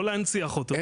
לא להנציח אותו.